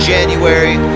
January